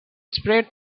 spread